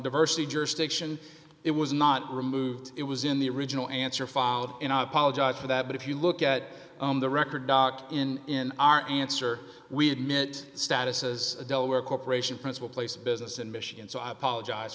diversity jurisdiction it was not removed it was in the original answer filed in apologize for that but if you look at the record in our answer we admit status as a delaware corporation principal place of business in michigan so i apologize